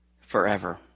forever